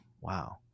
wow